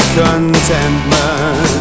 contentment